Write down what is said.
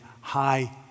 high